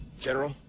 General